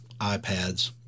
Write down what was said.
iPads